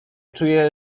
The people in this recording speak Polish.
czuję